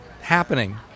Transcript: happening